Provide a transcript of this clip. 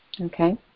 Okay